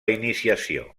iniciació